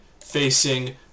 facing